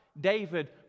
David